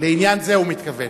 לעניין זה הוא מתכוון.